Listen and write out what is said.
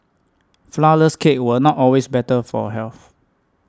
Flourless Cakes are not always better for health